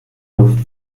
luft